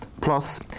plus